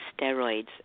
steroids